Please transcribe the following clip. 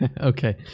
okay